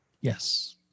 Yes